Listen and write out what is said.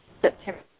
September